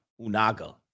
Unaga